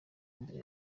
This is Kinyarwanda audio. imbere